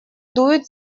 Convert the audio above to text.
дует